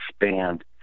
expand